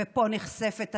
ופה נחשפת הצביעות.